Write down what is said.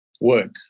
work